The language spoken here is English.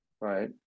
right